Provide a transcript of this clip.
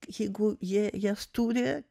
jeigu jie jas turi